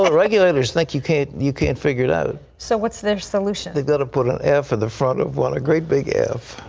regulators think you can't you can't figure it out. so what's their solution? they've got to put an f in the front of one, a great big f.